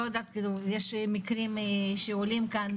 יש מקרים שעולים כאן,